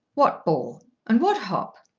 what ball and what hop?